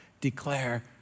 declare